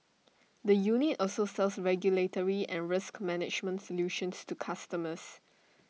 the unit also sells regulatory and risk management solutions to customers